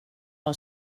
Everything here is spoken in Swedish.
har